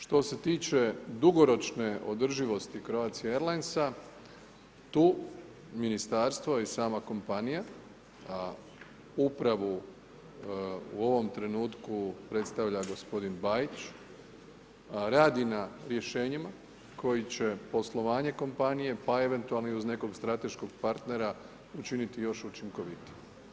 Što se tiče dugoročne održivosti Croatie Airlinesa, tu ministarstvo i sama kompanija a upravu u ovom trenutku predstavlja gospodin Bajić, radi na rješenjima koji će poslovanje kompanije pa eventualno i uz nekog strateškog partnera, učiniti još učinkovitije.